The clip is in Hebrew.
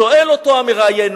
שואל אותו המראיין,